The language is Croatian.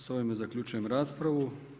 S ovim zaključujemo raspravu.